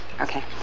Okay